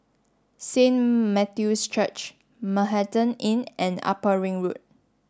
Saint Matthew's Church Manhattan Inn and Upper Ring Road